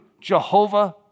Jehovah